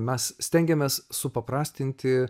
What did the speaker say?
mes stengiamės supaprastinti